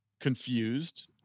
Confused